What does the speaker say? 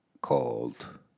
called